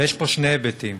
יש פה שני היבטים.